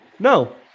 No